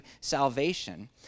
salvation